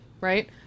right